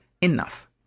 enough